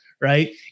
Right